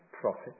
profit